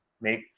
make